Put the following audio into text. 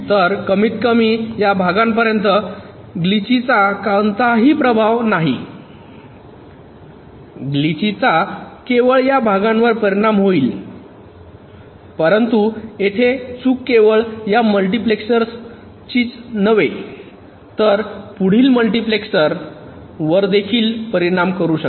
तर कमीतकमी या भागापर्यंत ग्लिचचा कोणताही प्रभाव नाही ग्लिचचा केवळ या भागावर परिणाम होईल परंतु येथे चूक केवळ या मल्टिप्लेसरच नव्हे तर पुढील मल्टीप्लेक्सर वर देखील परिणाम करू शकते